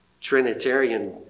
Trinitarian